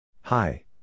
Hi